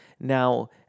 Now